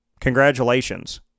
congratulations